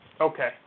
Okay